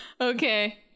Okay